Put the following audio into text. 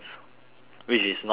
which is not good